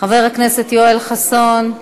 חבר הכנסת יואל חסון,